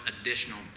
additional